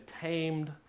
tamed